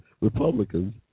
Republicans